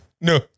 No